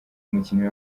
umukinnyi